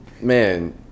Man